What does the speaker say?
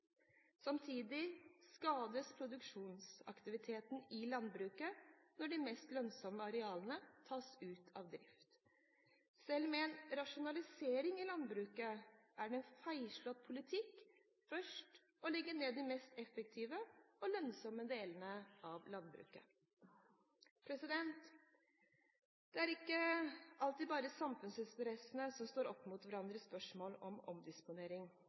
Samtidig skades produktiviteten i landbruket når de mest lønnsomme arealene tas ut av drift. Selv med en rasjonalisering i landbruket er det en feilslått politikk først å legge ned de mest effektive og lønnsomme delene av landbruket. Det er ikke alltid bare samfunnsinteressene som står opp mot hverandre i spørsmål om omdisponering.